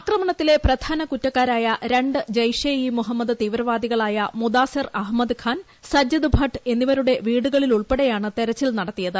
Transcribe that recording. ആക്രമണത്തിലെ പ്രധാന കുറ്റക്കാരായൂ രണ്ട് ജെയ്ഷെ ഇ മുഹമ്മദ് തീവ്രവാദികളായ മുദാസ്സിർ അഫ്ലീമ്മദ് ഖാൻ സജ്ജദ് ഭട്ട് എന്നിവരുടെ വീടുകളിലുൾപ്പെടെയ്ട്ടുണ്ട് തെരച്ചിൽ നടത്തിയത്